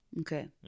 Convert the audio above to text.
Okay